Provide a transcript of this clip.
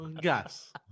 gas